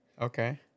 Okay